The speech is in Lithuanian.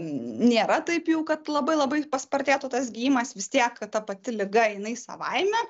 nėra taip jau kad labai labai paspartėtų tas gijimas vis tiek ta pati liga jinai savaime